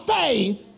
faith